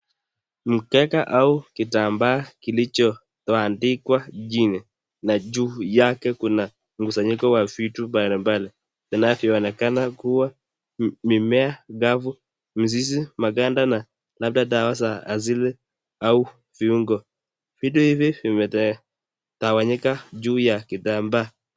Mkeka au kitambaa kilicho tandikwa chini na juu yake kuna mkusanyiko wa vitu mbalimbali inavyoonekana kuwa mimea kavu, mizizi, maganda na labda dawa za asili ama viungo, vitu hivi vimetawanyika juu ya kitambaa.